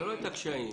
אני